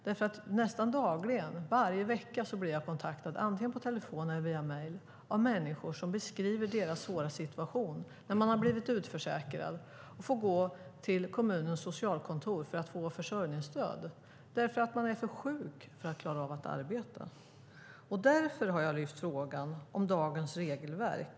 Varje vecka, nästan dagligen, blir jag kontaktad, antingen på telefon eller via mejl, av människor som beskriver sin svåra situation när de har blivit utförsäkrade och får gå till kommunens socialkontor för att få försörjningsstöd eftersom de är för sjuka för att klara av att arbeta. Därför har jag lyft upp frågan om dagens regelverk.